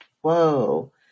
Whoa